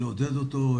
לעודד אותו.